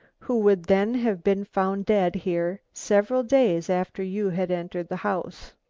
who would then have been found dead here several days after you had entered the house?